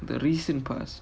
the recent past